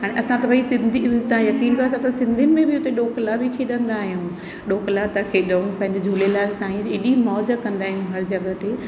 हाणे असां त भई सिंधी तव्हां यकीन करो सिंधियुनि में बि उते डोकला बि उते खेॾंदा आहियूं डोकला था खेॾूं पंहिंजे झूलेलाल साईं जी एॾी मौज कंदा आहिनि हर जॻह ते